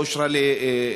היא לא אושרה לי,